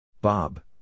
Bob